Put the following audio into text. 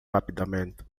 rapidamente